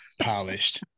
polished